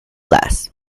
last